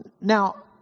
Now